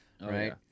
right